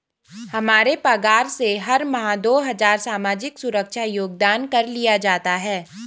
हमारे पगार से हर माह दो हजार सामाजिक सुरक्षा योगदान कर लिया जाता है